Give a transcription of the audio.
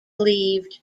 leaved